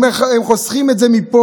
הם חוסכים את זה מפה,